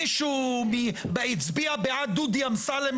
מישהו הצביע בעד דודי אמסלם,